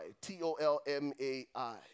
T-O-L-M-A-I